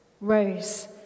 rose